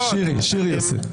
שירי עושה.